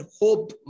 hope